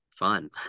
fun